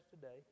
today